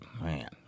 man